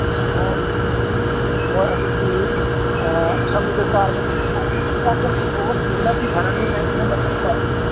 ꯑꯣ ꯍꯣꯏ ꯑꯗꯨꯗꯤ ꯑꯁꯝꯕꯤꯗ ꯀꯥꯔꯕ ꯑꯗꯨꯗꯤ ꯆꯥꯛꯇꯨ ꯊꯣꯡꯇꯣꯛꯑꯒ ꯄꯨꯕꯅꯗꯤ ꯐꯔꯅꯤꯅꯦ ꯏꯇꯩꯃ ꯑꯗꯨꯗꯤꯀꯣ